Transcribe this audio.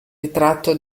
ritratto